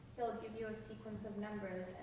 give you a sequence of numbers,